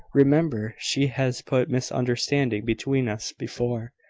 remember she has put misunderstanding between us before.